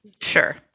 sure